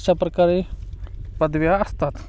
अशा प्रकारे पदव्या असतात